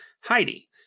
Heidi